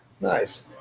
Nice